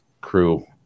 crew